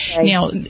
Now